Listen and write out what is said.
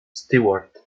stewart